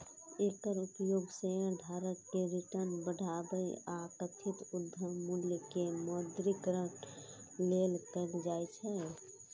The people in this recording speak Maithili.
एकर उपयोग शेयरधारक के रिटर्न बढ़ाबै आ कथित उद्यम मूल्य के मौद्रीकरण लेल कैल जाइ छै